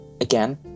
again